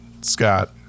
scott